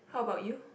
how about you